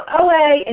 OA